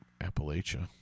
Appalachia